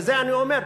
בזה אני אומר.